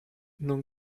non